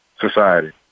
society